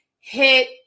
hit